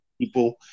people